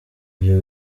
ivyo